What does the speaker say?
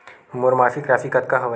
मोर मासिक राशि कतका हवय?